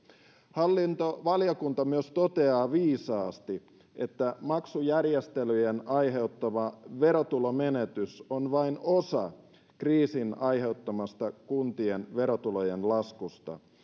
hallintovaliokunta myös toteaa viisaasti että maksujärjestelyjen aiheuttama verotulomenetys on vain osa kriisin aiheuttamasta kuntien verotulojen laskusta